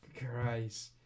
Christ